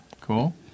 cool